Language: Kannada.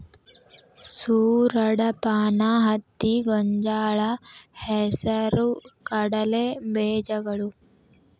ಸೂರಡಪಾನ, ಹತ್ತಿ, ಗೊಂಜಾಳ, ಹೆಸರು ಕಡಲೆ ಬೇಜಗಳು